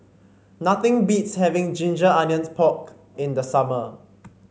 nothing beats having Ginger Onions Pork in the summer